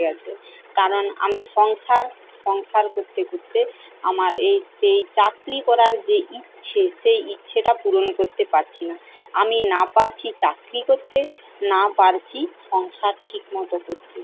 হয়ে গেছে কারণ আমি সংসার সংসার করতে করতে আমার এই সেই চাকরি করার যে ইচ্ছে সেই ইচ্ছেটা পূরণ করতে পারছি না আমি না পারছি চাকরি করতে না পারছি সংসার ঠিক মতো করতে